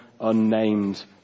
unnamed